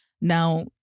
Now